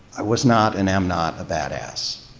i was not and am not a badass.